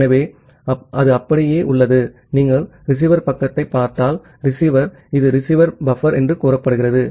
ஆகவே அது அப்படியே உள்ளது நீங்கள் ரிசீவர் பக்கத்தைப் பார்த்தால் ரிசீவர் இது ரிசீவர் பஃபர் என்று கூறுகிறது